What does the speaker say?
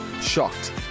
shocked